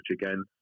again